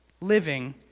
living